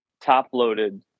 top-loaded